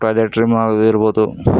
toilet room ಆಗಿರ್ಬೋದು